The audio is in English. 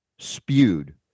spewed